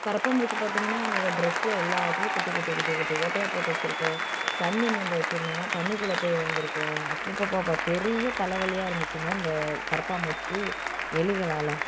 கரப்பான்பூச்சி பார்த்திங்கன்னா என்னோடய ட்ரெஸ்ஸு எல்லாத்தையும் குட்டி குட்டி குட்டி ஓட்டையாக போட்டு வச்சுருக்கும் தண்ணி மொண்டு வச்சுருந்தோம்னா தண்ணிக்குள்ளே போய் உழுந்துருக்கும் அப்பப்பப்பா பெரிய தலைவலியாக இருந்துச்சுங்க இந்த கரப்பான்பூச்சி எலிகளால்